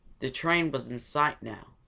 the train was in sight now.